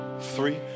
three